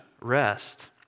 rest